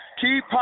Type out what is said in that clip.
keep